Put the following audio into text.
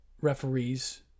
referees